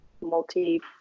multi